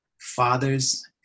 fathers